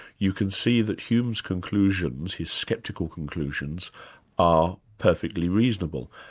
you can see that hume's conclusions, his sceptical conclusions are perfectly reasonable.